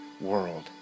world